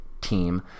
team